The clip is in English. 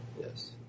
Yes